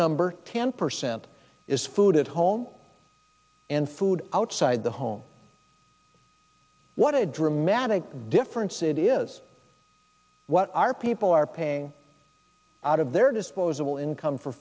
number ten percent is food at home and food outside the home what a dramatic difference it is what our people are paying out of their disposable income for